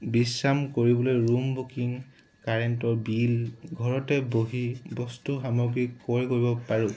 বিশ্ৰাম কৰিবলৈ room booking কাৰেণ্টৰ বিল ঘৰতে বহি বস্তু সামগ্ৰী ক্ৰয় কৰিব পাৰোঁ